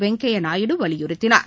வெங்கையா நாயுடு வலியுறுத்தினார்